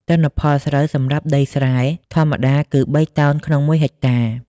ទិន្នផលស្រូវសម្រាប់ដីស្រែ ធម្មតាគឺបីតោនក្នុងមួយហិកតា។